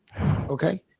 Okay